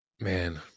man